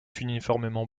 uniformément